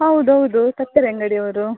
ಹೌದು ಹೌದು ತರ್ಕಾರಿ ಅಂಗಡಿ ಅವರು